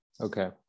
okay